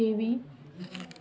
kiwi